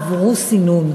הם עברו סינון.